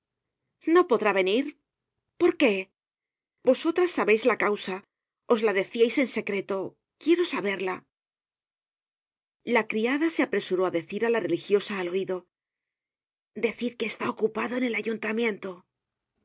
no podrá venir porqué vosotras sabeis la causa os la decíais en secreto quiero saberla la criada se apresuró á decir á la religiosa al oido decid que está ocupado en el ayuntamiento